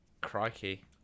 Crikey